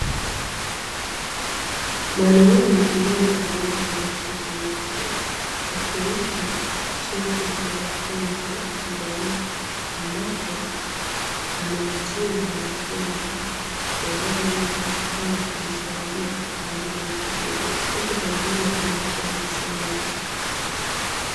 Mwanaume mmoja aliyevalia suti nyeusi akimpa cheti mwanafunzi mmoja ambapo amehitimu mafunzo yanayoweza kwenda kumsaidia kwa ajili ya kwenda kijiajiri, huku pembezoni wengine wakiwa wamesimama.